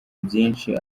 byinshi